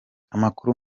amakuru